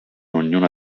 ognuna